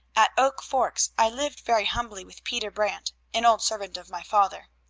at oak forks i lived very humbly with peter brant, an old servant of my father.